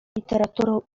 literaturą